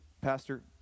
Pastor